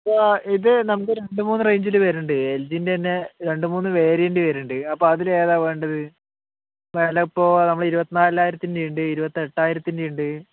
ഇത് നമുക്ക് രണ്ടു മൂന്നു റേഞ്ചിൽ വരുന്നുണ്ട് എൽ ജീൻ്റെ തന്നെ രണ്ടു മൂന്നു വേരിയന്റ് വരുന്നുണ്ട് അപ്പോൾ അതിലേതാണ് വേണ്ടത് വില ഇപ്പോൾ നമ്മൾ ഇരുപത്തിനാലായിരത്തിൻ്റെ ഉണ്ട് ഇരുപത്തെട്ടായിരത്തിൻ്റെ ഉണ്ട്